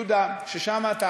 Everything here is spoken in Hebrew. יהודה, ששם אתה